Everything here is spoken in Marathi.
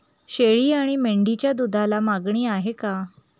शेळी आणि मेंढीच्या दूधाला मागणी आहे का?